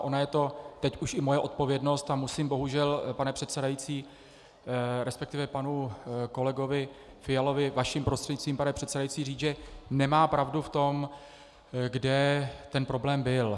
Ona je to teď už i moje odpovědnost a musím bohužel, pane předsedající, respektive panu kolegovi Fialovi vaším prostřednictvím, pane předsedající, říct, že nemá pravdu v tom, kde ten problém byl.